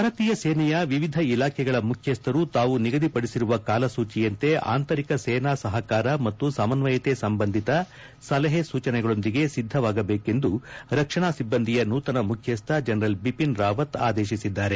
ಭಾರತೀಯ ಸೇನೆಯ ವಿವಿಧ ಇಲಾಖೆಗಳ ಮುಖ್ಯಸ್ವರು ತಾವು ನಿಗದಿಪಡಿಸಿರುವ ಕಾಲಸೂಚಿಯಂತೆ ಆಂತರಿಕ ಸೇನಾ ಸಹಕಾರ ಮತ್ತು ಸಮನ್ವಯತೆ ಸಂಬಂಧಿತ ಸಲಹೆ ಸೂಚನೆಗಳೊಂದಿಗೆ ಸಿದ್ದವಾಗಬೇಕೆಂದು ರಕ್ಷಣಾ ಸಿಬ್ಬಂದಿಯ ನೂತನ ಮುಖ್ಯಸ್ಥ ಜನರಲ್ ಬಿಪಿನ್ ರಾವತ್ ಆದೇಶಿಸಿದ್ದಾರೆ